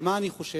על מה אני חושב?